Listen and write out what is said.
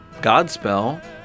Godspell